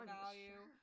value